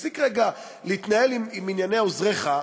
תפסיק רגע להתנהל עם ענייני עוזריך,